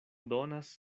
donas